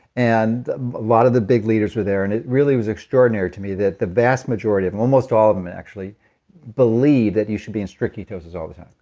and a lot of the big leaders were there and it really was extraordinary to me that the vast majority of almost all of them and actually believe that you should be in strict ketosis all the time,